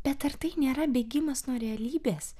bet ar tai nėra bėgimas nuo realybės